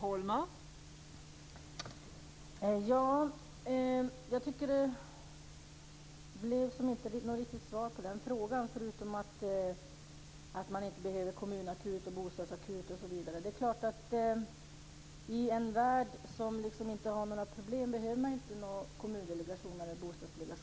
Fru talman! Jag tycker inte att det blev något riktigt svar på frågan förutom att man inte behöver kommunakut, bostadsakut osv. Det är klart att man i en värld som inte har några problem inte behöver några kommundelegationer eller bostadsdelegationer.